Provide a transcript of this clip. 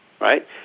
right